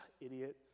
idiot